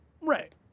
Right